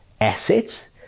assets